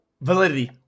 validity